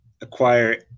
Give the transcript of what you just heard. acquire